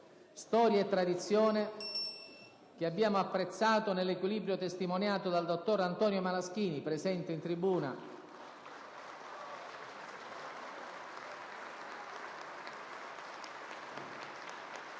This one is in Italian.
Storia e tradizione che abbiamo apprezzato nell'equilibrio testimoniato dal dottor Antonio Malaschini, presente in tribuna,